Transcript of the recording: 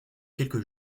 quelques